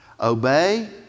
Obey